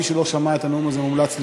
מי שלא שמע את הנאום הזה, מומלץ לשמוע.